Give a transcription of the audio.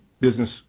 business